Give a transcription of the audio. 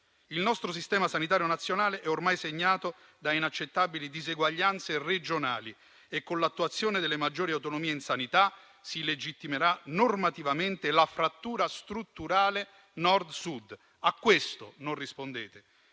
il nostro Servizio sanitario nazionale è ormai segnato da inaccettabili diseguaglianze regionali e con l'attuazione delle maggiori autonomie in sanità si legittimerà normativamente la frattura strutturale Nord-Sud. A questo, non rispondete